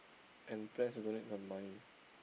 and plans to donate the money